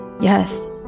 Yes